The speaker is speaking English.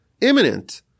imminent